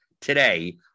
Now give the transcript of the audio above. today